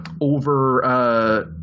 over